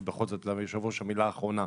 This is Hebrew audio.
כי בכל זאת ליושב ראש המילה האחרונה.